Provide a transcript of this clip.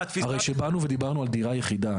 הרי כשבאנו ודיברנו על דירה יחידה,